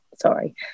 sorry